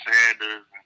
Sanders